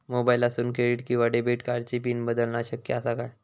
मोबाईलातसून क्रेडिट किवा डेबिट कार्डची पिन बदलना शक्य आसा काय?